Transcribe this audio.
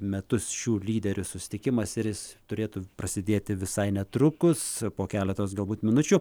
metus šių lyderių susitikimas ir jis turėtų prasidėti visai netrukus po keletos galbūt minučių